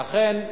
ואכן,